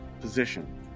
position